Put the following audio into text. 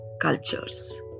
cultures